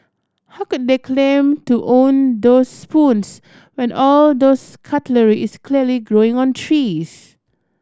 how could they claim to own those spoons when all those cutlery is clearly growing on trees